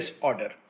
order